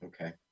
Okay